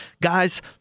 guys